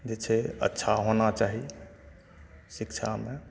जे छै अच्छा होना चाही शिक्षामे